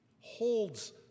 holds